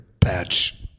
patch